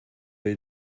will